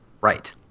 Right